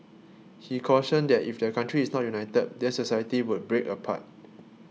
he cautioned that if the country is not united then society would break apart